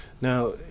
Now